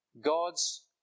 God's